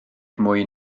mwy